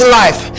life